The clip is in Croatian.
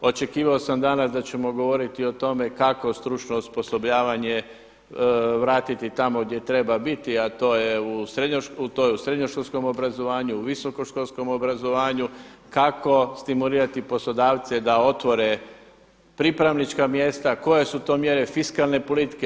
Očekivao sam danas da ćemo govoriti o tome kako stručno osposobljavanje vratiti tamo gdje treba biti, a to je u srednjoškolskom obrazovanju, u visoko školskom obrazovanju, kako stimulirati poslodavce da otvore pripravnička mjesta, koje su to mjere fiskalne politike.